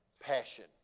passion